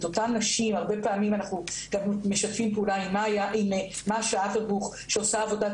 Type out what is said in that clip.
הרבה פעמים אנחנו גם משתפים פעולה עם מאשה אברבוך שעושה עבודת